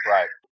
Right